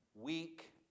weak